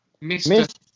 Mr